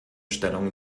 stellung